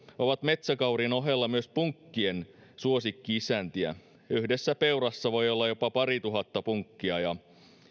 ovat metsäkauriin ohella myös punkkien suosikki isäntiä yhdessä peurassa voi olla jopa parituhatta punkkia ja